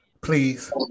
please